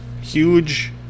huge